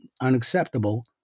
unacceptable